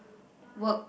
work